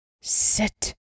Sit